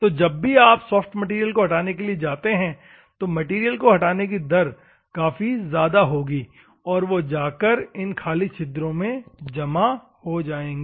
तो जब भी आप सॉफ्ट मैटेरियल को हटाने के लिए जाते हैं तो मैटेरियल को हटाने की दर काफी ज्यादा होगी और वो जाकर इन खली छिद्रो में जमा हो जायेंगे